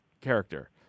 character